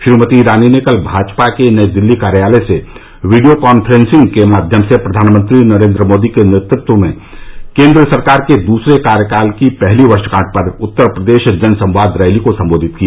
श्रीमती ईरानी ने कल भाजपा के नई दिल्ली कार्यालय से वीडियो काफ्रेंसिंग के माध्यम से प्रधानमंत्री नरेन्द्र मोदी के नेतृत्व में केन्द्र सरकार के दूसरे कार्यकाल की पहली वर्षगांठ पर उत्तर प्रदेश जनसंवाद रैली को संबोधित किया